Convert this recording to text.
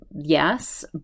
yes